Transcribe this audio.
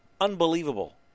unbelievable